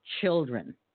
children